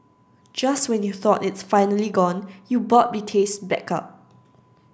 just when you thought it's finally gone you burp the taste back up